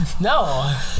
No